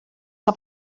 que